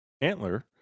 antler